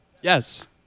Yes